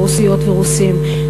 רוסיות ורוסים,